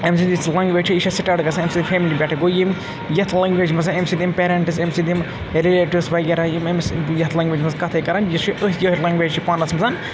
أمۍ سٕنٛز یُس لنٛگویج چھِ یہِ چھِ سٹاٹ گژھان اَمہِ سٕنٛز فیملی پٮ۪ٹھٕ گوٚو یِم یَتھ لینٛگویج منٛز أمۍ سٕنٛدۍ یِم پیرَنٛٹٕس أمۍ سٕنٛدۍ یِم رِلیٹِوٕز وغیرہ یِم أمِس یَتھ لینٛگویجہِ منٛز کَتھٕے کَران یہِ چھِ أتھۍ یِہوٚے لنٛگویج چھِ پانَس منٛز